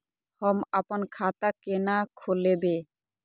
हम आपन खाता केना खोलेबे?